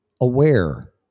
aware